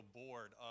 board